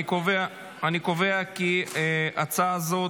אני קובע כי ההצעה הזאת,